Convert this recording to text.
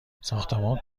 ساختمان